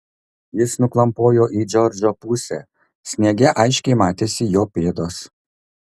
jis nuklampojo į džordžo pusę sniege aiškiai matėsi jo pėdos